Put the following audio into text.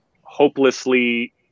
hopelessly